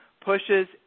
pushes